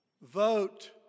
Vote